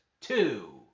two